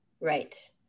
Right